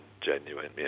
genuine